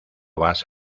vas